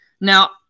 Now